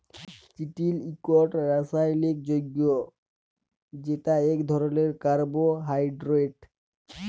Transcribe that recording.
চিটিল ইকট রাসায়লিক যগ্য যেট ইক ধরলের কার্বোহাইড্রেট